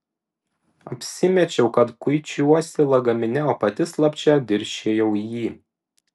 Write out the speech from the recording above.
apsimečiau kad kuičiuosi lagamine o pati slapčia dirsčiojau į jį